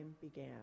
began